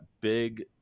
big